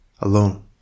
alone